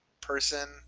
person